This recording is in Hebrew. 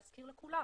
להזכיר לכולם.